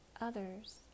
others